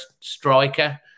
striker